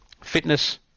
Fitness